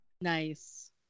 Nice